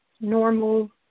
normal